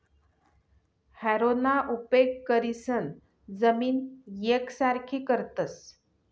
हॅरोना उपेग करीसन जमीन येकसारखी करतस